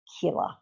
killer